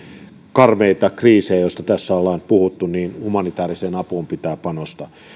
karmeita kriisejä joista tässä ollaan puhuttu niin humanitääriseen apuun pitää panostaa